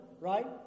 right